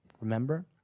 remember